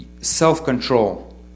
self-control